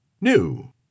New